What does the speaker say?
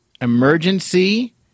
emergency